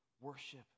worship